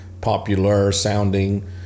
popular-sounding